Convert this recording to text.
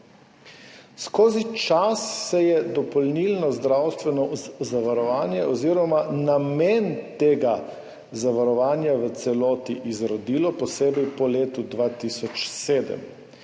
Skozi čas se je dopolnilno zdravstveno zavarovanje oziroma namen tega zavarovanja v celoti izrodil, posebej po letu 2007.